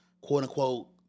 quote-unquote